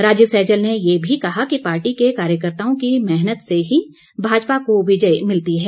राजीव सैजल ने ये भी कहा कि पार्टी के कार्यकर्ताओं की मेहनत से ही भाजपा को विजय मिलती है